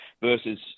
versus